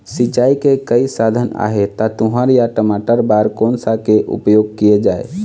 सिचाई के कई साधन आहे ता तुंहर या टमाटर बार कोन सा के उपयोग किए जाए?